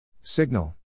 Signal